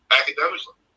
academically